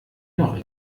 doch